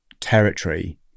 territory